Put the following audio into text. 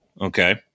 Okay